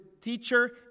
teacher